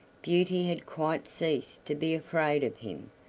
beauty had quite ceased to be afraid of him.